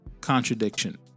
contradiction